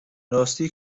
راستی